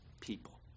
people